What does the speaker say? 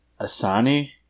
Asani